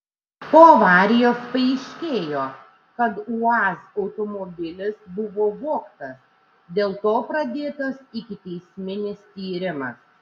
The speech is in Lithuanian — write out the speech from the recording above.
po avarijos paaiškėjo kad uaz automobilis buvo vogtas dėl to pradėtas ikiteisminis tyrimas